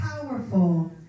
powerful